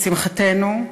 לשמחתנו,